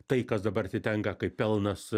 tai kas dabar atitenka kaip pelnas